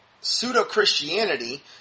pseudo-Christianity